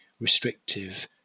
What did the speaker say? restrictive